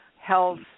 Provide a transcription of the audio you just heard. health